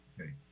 Okay